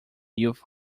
youth